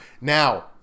Now